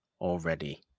already